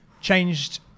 changed